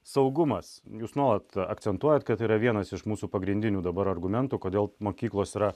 saugumas jūs nuolat akcentuojat kad yra vienas iš mūsų pagrindinių dabar argumentų kodėl mokyklos yra